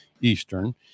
Eastern